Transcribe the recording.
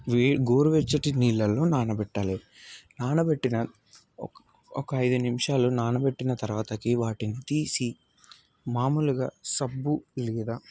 వేడి గోరువెచ్చటి నీళ్ళలో నానబెట్టాలి నానబెట్టిన ఒక ఐదు నిమిషాలు నానబెట్టిన తరువాతకి వాటిని తీసి మామూలుగా సబ్బు లేదా